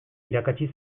irakatsi